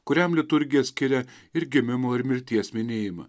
kuriam liturgija skiria ir gimimo ir mirties minėjimą